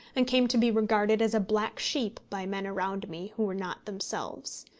and came to be regarded as a black sheep by men around me who were not themselves,